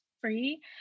free